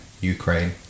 Ukraine